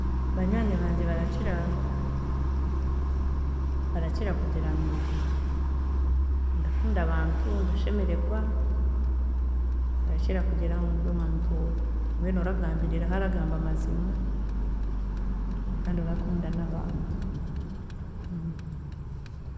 Banywani wangye barakira kugira ngu ndakunda abantu, ndashemeregwa, barakira kugira ngu ndy’omuntu mbwenu oragambiriraho aragamba amaziima, kandi orakunda n’abantu.